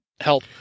help